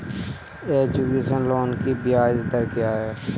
Education loan की ब्याज दर क्या है?